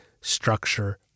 structure